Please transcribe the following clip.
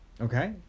Okay